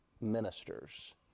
ministers